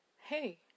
hey